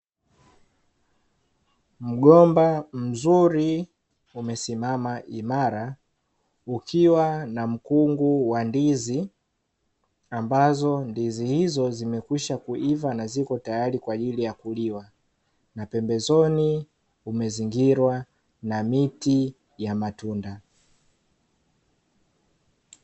Mgomba mzuri umesimama imara, ukiwa na mkungu wa ndizi ambazo ndizi hizo zimekwisha kuiva na zipo teyari kwa ajili ya kuliwa na pembezoni kumezingirwa na miti ya matunda.